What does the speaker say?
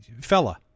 Fella